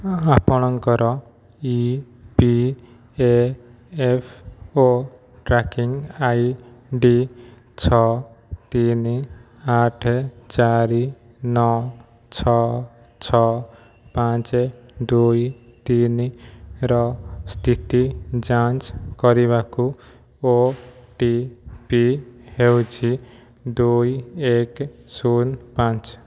ହଁ ଆପଣଙ୍କର E P A F O tracking I D ଛଅ ତିନି ଆଠେ ଚାରି ନଅ ଛଅ ଛଅ ପାଞ୍ଚେ ଦୁଇ ତିନି ର ସ୍ଥିତି ଯାଞ୍ଚ କରିବାକୁ ଓ ଟି ପି ହେଉଛି ଦୁଇ ଏକ ଶୁନ ପାଞ୍ଚ